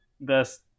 best